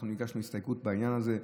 אנחנו הגשנו הסתייגות בעניין הזה.